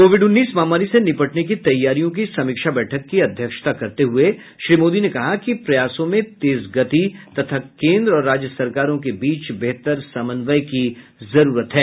Covid उन्नीस महामारी से निपटने की तैयारियों की समीक्षा बैठक की अध्यक्षता करते हुए श्री मोदी ने कहा कि प्रयासों में तेज गति तथा केन्द्र और राज्य सरकारों के बीच बेहतर समन्वय की जरूरत है